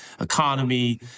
economy